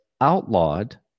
outlawed